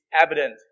evident